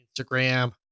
Instagram